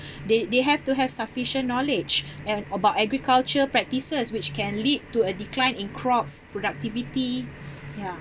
they they have to have sufficient knowledge and about agricultural practices which can lead to a decline in crops productivity yeah